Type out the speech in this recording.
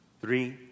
Three